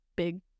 big